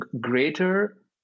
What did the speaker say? greater